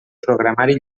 programari